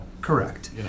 correct